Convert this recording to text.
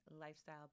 Lifestyle